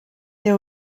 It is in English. they